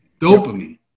Dopamine